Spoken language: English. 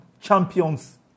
champions